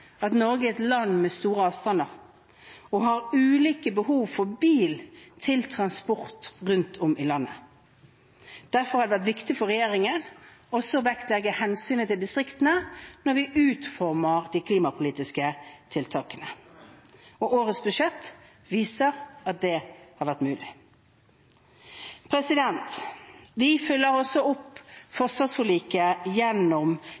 at Norge er et land med store avstander, og det er ulike behov for bil til transport rundt om i landet. Derfor har det vært viktig for regjeringen også å vektlegge hensynet til distriktene når vi utformer de klimapolitiske tiltakene. Årets budsjett viser at det har vært mulig. Vi følger også opp forsvarsforliket gjennom